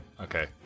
Okay